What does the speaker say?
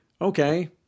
Okay